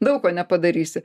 daug ko nepadarysi